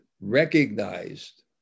recognized